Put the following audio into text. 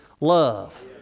love